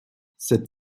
cette